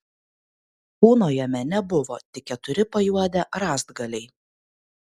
kūno jame nebuvo tik keturi pajuodę rąstgaliai